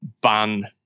ban